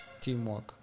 Teamwork